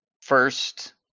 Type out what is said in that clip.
first